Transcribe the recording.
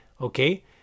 okay